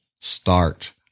start